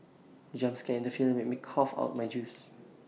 the jump scare in the film made me cough out my juice